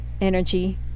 energy